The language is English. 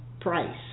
Price